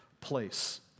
place